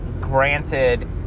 granted